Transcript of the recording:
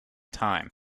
time